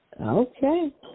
Okay